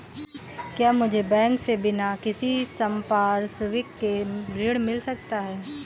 क्या मुझे बैंक से बिना किसी संपार्श्विक के ऋण मिल सकता है?